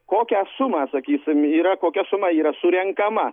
kokią sumą sakysim yra kokia suma yra surenkama